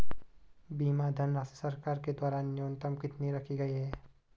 बीमा धनराशि सरकार के द्वारा न्यूनतम कितनी रखी गई है?